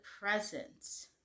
presence